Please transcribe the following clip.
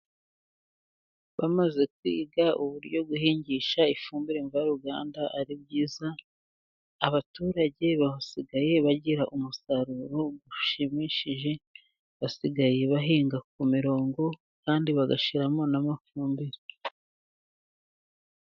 Bamaze kwiga uburyo guhingisha ifumbire mvaruganda ari byiza, abaturage basigaye bagira umusaruro ushimishije, basigaye bahinga ku mirongo, kandi bagashyiramo n'amafumbire.